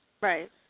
Right